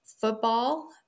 Football